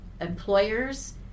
employers